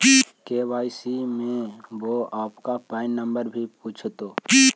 KYC में वो आपका पैन नंबर भी पूछतो